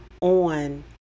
on